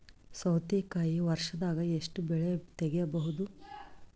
ಸೌತಿಕಾಯಿ ವರ್ಷದಾಗ್ ಎಷ್ಟ್ ಬೆಳೆ ತೆಗೆಯಬಹುದು?